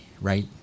right